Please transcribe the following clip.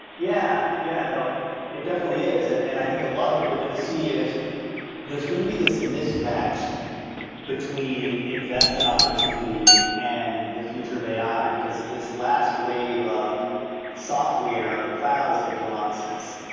yeah. yeah you know it it definitely is. and and i think a lot of what you're going to see is there's going to be this mismatch between investment opportunity and the future of a i, because this last wave of software of the cloud has been going on since,